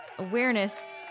awareness